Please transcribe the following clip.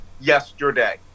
yesterday